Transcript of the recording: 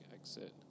exit